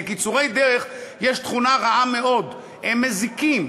לקיצורי דרך יש תכונה רעה מאוד: הם מזיקים,